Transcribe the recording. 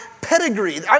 pedigree